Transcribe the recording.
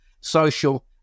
social